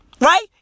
Right